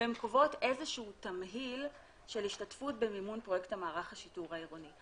והן קובעות תמהיל של השתתפות במימון פרויקט מערך השיטור העירוני.